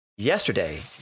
Yesterday